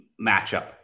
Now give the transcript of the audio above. matchup